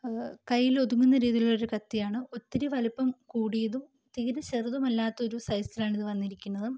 കൈയ്യിൽ ഒതുങ്ങുന്ന രീതിയിലുള്ളൊരു കത്തിയാണ് ഒത്തിരി വലിപ്പം കൂടിയതും തീരെ ചെറുതുമല്ലാത്തൊരു സൈസിലാണിത് വന്നിരിക്കുന്നത്